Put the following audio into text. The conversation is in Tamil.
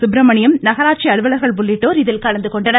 சுப்பிரமணியம் நகராட்சி அலுவலர்கள் உள்ளிட்டோர் இதில் கலந்துகொண்டனர்